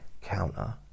counter